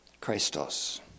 Christos